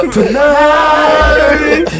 Tonight